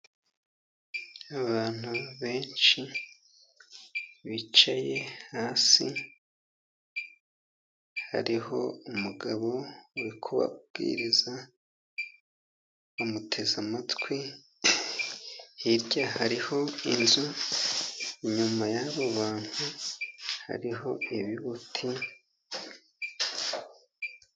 Abantu benshi bicaye hasi hariho umugabo uri kubabwiriza bamuteze amatwi, hirya hariho inzu, inyuma y'abo bantu hariho ibibuti...